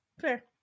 Fair